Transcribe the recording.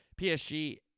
PSG